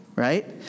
Right